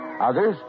Others